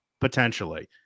Potentially